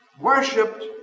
worshipped